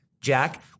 Jack